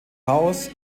haus